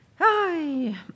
hi